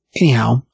anyhow